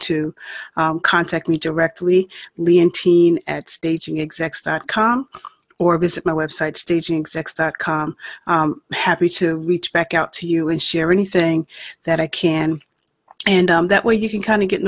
to contact me directly leontine at staging exec's dot com or visit my website staging sex dot com happy to reach back out to you and share anything that i can and that way you can kind of get